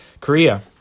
Korea